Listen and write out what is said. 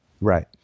Right